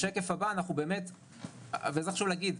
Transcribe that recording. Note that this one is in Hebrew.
חשוב להגיד,